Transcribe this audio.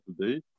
today